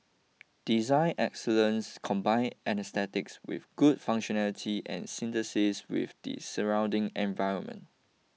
design excellence combine aesthetics with good functionality and synthesis with the surrounding environment